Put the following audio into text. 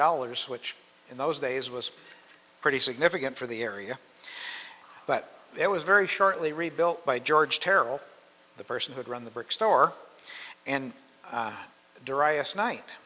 dollars which in those days was pretty significant for the area but it was very shortly rebuilt by george terrell the person who'd run the brick store and darius knight